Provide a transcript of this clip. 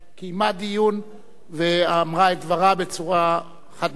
קיימה דיון ואמרה את דברה בצורה חד-משמעית.